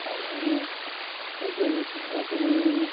आणि अजूनसुद्धा तुम्ही